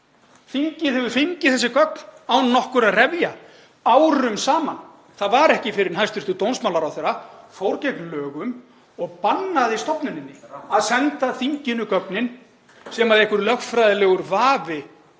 Þingið hefur fengið þessi gögn án nokkurra refja árum saman. Það var ekki fyrr en hæstv. dómsmálaráðherra fór gegn lögum og bannaði stofnuninni að senda þinginu gögnin sem einhver lögfræðilegur vafi